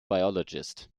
biologist